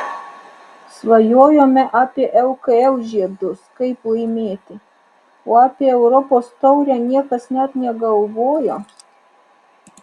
svajojome apie lkl žiedus kaip laimėti o apie europos taurę niekas net negalvojo